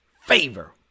favor